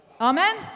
Amen